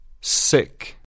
Sick